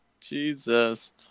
Jesus